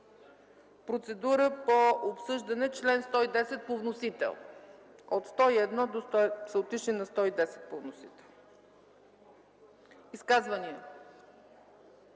процедура по обсъждане чл. 110 по вносител – от 101 са отишли на 110, по вносител. Изказвания?